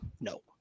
No